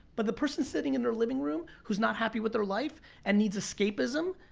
but the person sitting in their living room who's not happy with their life and needs escapism,